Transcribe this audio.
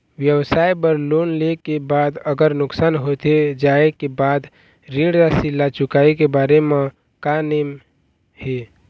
व्यवसाय बर लोन ले के बाद अगर नुकसान होथे जाय के बाद ऋण राशि ला चुकाए के बारे म का नेम हे?